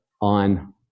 on